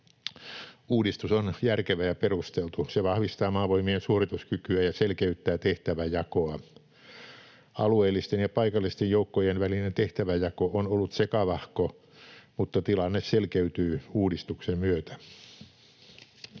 Uudistus on järkevä ja perusteltu. Se vahvistaa Maavoimien suorituskykyä ja selkeyttää tehtäväjakoa. Alueellisten ja paikallisten joukkojen välinen tehtäväjako on ollut sekavahko, mutta tilanne selkeytyy uudistuksen myötä.